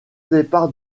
départ